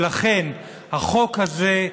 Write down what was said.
החוק הזה,